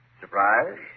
Surprise